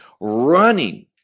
running